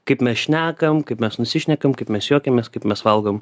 kaip mes šnekam kaip mes nusišnekam kaip mes juokiamės kaip mes valgom